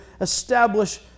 establish